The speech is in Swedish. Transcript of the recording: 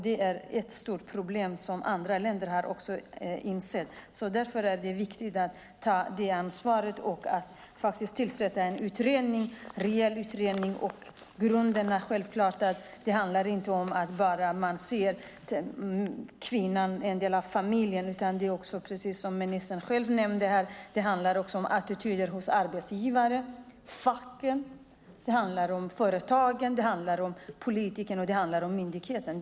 Det är ett stort problem som även andra länder har insett. Därför är det viktigt att ta detta ansvar och faktiskt tillsätta en rejäl utredning. Grunden är självklart att det inte bara handlar om att se kvinnan som en del av familjen, utan det handlar precis som ministern själv nämnde om attityden hos arbetsgivare, facken, företagen, politikerna och myndigheterna.